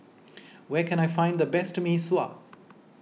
where can I find the best Mee Sua